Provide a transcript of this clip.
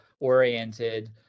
oriented